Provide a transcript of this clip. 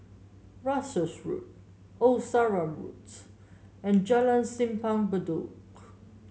Russels Road Old Sarum Roads and Jalan Simpang Bedok